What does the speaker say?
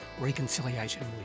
Reconciliation